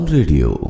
Radio